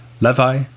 Levi